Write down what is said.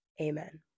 Amen